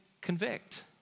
convict